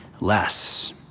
less